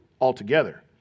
altogether